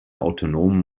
autonomen